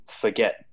forget